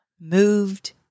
moved